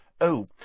Oh